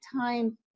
time